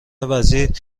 وزیر